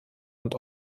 und